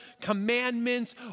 commandments